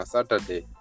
Saturday